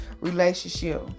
relationship